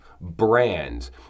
brands